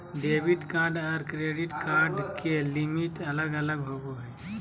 debit card आर credit card के limit अलग अलग होवो हय